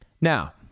now